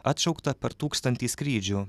atšaukta per tūkstantį skrydžių